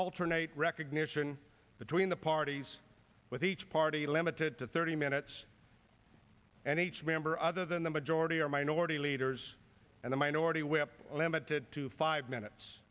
alternate recognition between the parties with each party limited to thirty minutes and each member other than the majority or minority leaders and the minority whip limited to five minutes